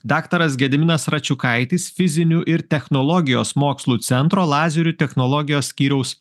daktaras gediminas račiukaitis fizinių ir technologijos mokslų centro lazerių technologijos skyriaus